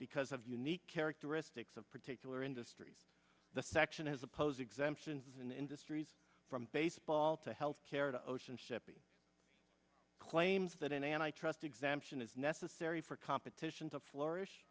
because of unique characteristics of particular industries section as opposed exemptions in industries from baseball to health care to ocean shippey claims that an antitrust exemption is necessary for competition to flourish